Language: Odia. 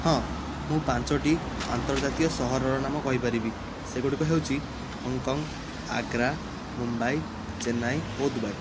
ହଁ ମୁଁ ପାଞ୍ଚଟି ଆନ୍ତର୍ଜାତୀୟ ସହରର ନାମ କହିପାରିବି ସେଗୁଡ଼ିକ ହେଉଛି ହଂକଂ ଆଗ୍ରା ମୁମ୍ବାଇ ଚେନ୍ନାଇ ଓ ଦୁବାଇ